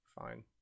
fine